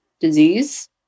disease